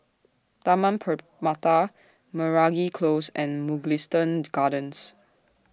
Taman Permata Meragi Close and Mugliston Gardens